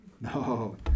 No